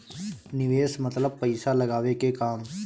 निवेस मतलब पइसा लगावे के काम